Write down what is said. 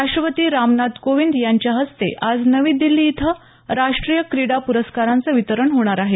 राष्टपती रामनाथ कोवींद यांच्या हस्ते आज नवी दिल्ली इथं राष्टीय क्रीडा प्रस्काराचं वितरण होणार आहे